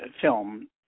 film